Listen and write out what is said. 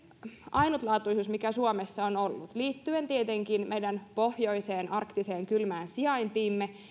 ainutlaatuisuus mikä suomessa on on ollut liittyen tietenkin meidän pohjoiseen arktiseen kylmään sijaintiimme